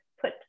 put